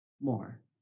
more